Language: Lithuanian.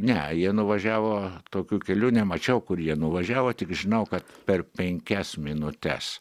ne jie nuvažiavo tokiu keliu nemačiau kur jie nuvažiavo tik žinau kad per penkias minutes